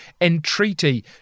entreaty